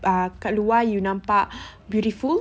uh dekat luar nampak beautiful